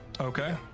Okay